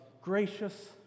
gracious